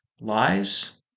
Lies